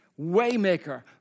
Waymaker